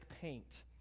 paint